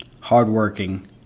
hardworking